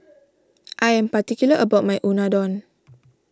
I am particular about my Unadon